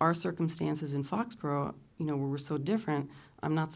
our circumstances in foxborough you know we're so different i'm not